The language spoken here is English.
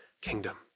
kingdom